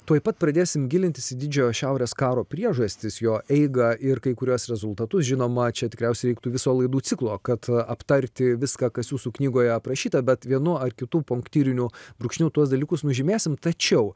tuoj pat pradėsim gilintis į didžiojo šiaurės karo priežastis jo eigą ir kai kuriuos rezultatus žinoma čia tikriausiai reiktų viso laidų ciklo kad aptarti viską kas jūsų knygoje aprašyta bet vienu ar kitu punktyriniu brūkšniu tuos dalykus nužymėsim tačiau